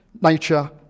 nature